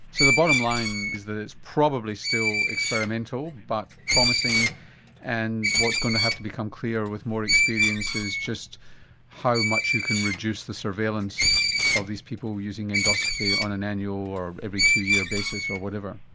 so the bottom line is that it's probably still experimental but promising and what's going to have to become clear with more experience is just how much you can reduce the surveillance of these people using endoscopy on an annual or every two year basis or whatever.